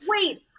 Wait